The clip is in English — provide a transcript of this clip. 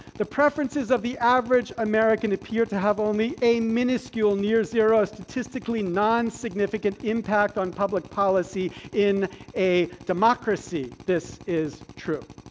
the preferences of the average american appear to have only a miniscule near-zero, statistically non-significant impact on public policy. in a democracy, this is true.